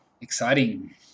Exciting